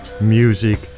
music